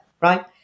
right